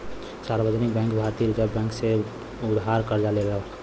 सार्वजनिक बैंक भारतीय reserve bank से उधार करजा लेवलन